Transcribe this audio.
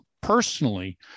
personally